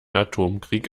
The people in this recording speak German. atomkrieg